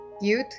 Youth